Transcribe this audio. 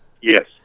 Yes